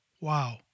Wow